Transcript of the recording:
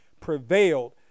prevailed